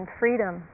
freedom